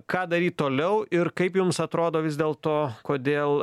ką daryt toliau ir kaip jums atrodo vis dėlto kodėl